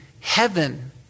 heaven